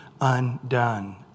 undone